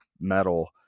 metal